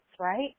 right